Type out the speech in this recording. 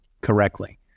correctly